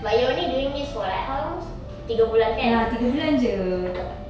but you're only doing this for like how long tiga bulan kan